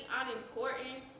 unimportant